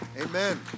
Amen